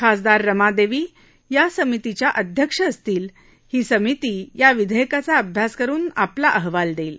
खासदार रमादेवी या समितीच्या अध्यक्ष असतील ही समिती या विधेयकाचा अभ्यास करून आपला अहवाल देईल